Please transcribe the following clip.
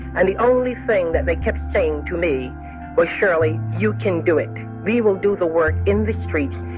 and the only thing that they kept saying to me was, shirley, you can do it. we will do the work in the streets.